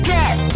Get